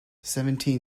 seventeen